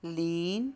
ਲੀਨ